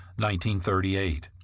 1938